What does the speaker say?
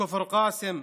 כפר קאסם,